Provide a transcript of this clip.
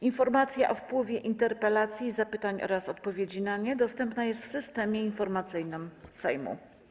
Informacja o wpływie interpelacji, zapytań oraz odpowiedzi na nie dostępna jest w Systemie Informacyjnym Sejmu.